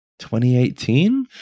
2018